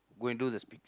go and do the speak~